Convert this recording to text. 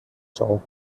joe